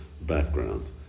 background